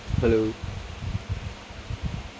hello